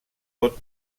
pot